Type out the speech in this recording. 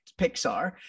Pixar